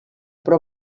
però